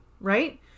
right